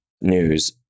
news